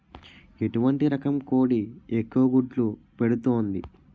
ఎటువంటి రకం కోడి ఎక్కువ గుడ్లు పెడుతోంది?